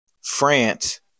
France